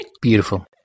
Beautiful